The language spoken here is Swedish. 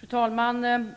Herr talman!